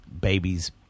babies